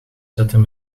zetten